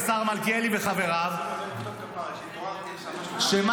השר מלכיאלי וחבריו ----- התעוררתי עכשיו --- אתה